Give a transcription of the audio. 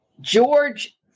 George